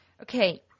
Okay